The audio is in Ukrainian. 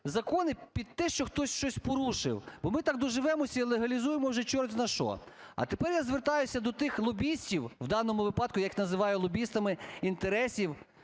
закони під те, що хтось щось порушив, бо ми так доживемось і легалізуємо вже чортзна-що. А тепер я звертаюся до тих лобістів, в даному випадку я їх називаю лобістами, інтересів